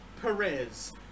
Perez